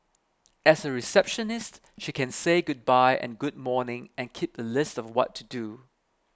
as a receptionist she can say goodbye and good morning and keep a list of what to do